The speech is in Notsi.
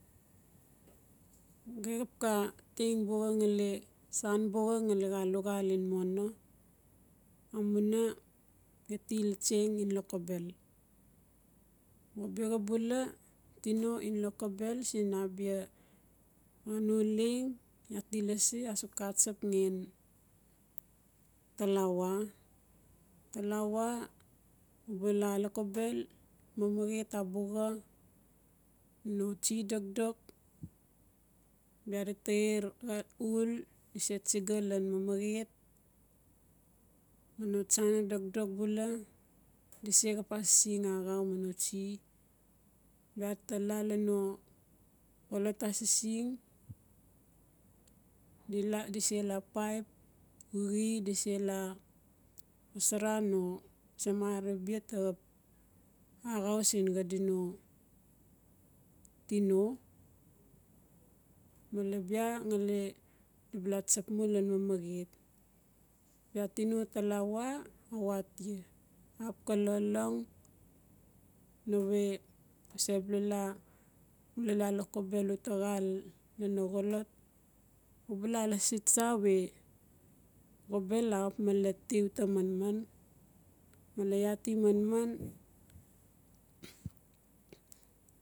gi xap ka teng buxa ngali, san buxa ngali xa luxal ngnan mono a muna geti latseng in lokobel, o bera bula tino in lokobel siin a bia no leng iaa ti lasi a suk a tsap ngan talawa-talawa u ba la lokobel mamaret a buxa no tsi dokdok bia di ta er xa ul di se tsiga siin mamaret ma no tsana dokdok bula di sexap asising axau mi no tsi bia ta la lan xolot asising di se la paip xuxi, di se la wasara no samarang bia ta xap axau siin xadi no tino. Mala bia ngali di ba la tsap male mamaxet, bia tino ta la wa a wat ia ap ka lolong ne we se bla mula lokobel u ta xal no-no xolot u ba la lasi tsa xobelaxap male ti u ta manman male iaa ti manman.